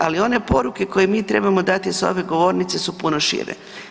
Ali, one poruke koje mi trebamo dati s ove govornice su puno šire.